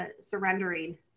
surrendering